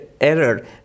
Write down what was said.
error